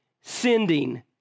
sending